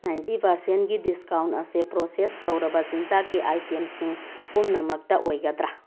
ninety ꯄꯥꯔꯁꯦꯟꯒꯤ discount ꯑꯁꯦ process ꯇꯧꯔꯕ ꯆꯤꯟꯖꯥꯛꯀꯤ ꯑꯥꯏꯇꯦꯝꯁꯤꯡ ꯄꯨꯝꯅꯃꯛꯇ ꯑꯣꯏꯒꯗ꯭ꯔꯥ